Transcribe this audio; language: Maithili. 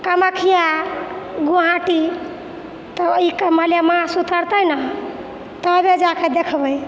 कामख्या गोहाटी तऽ ई मलेमास उतरतै न तबे जा कए देखबै